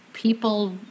People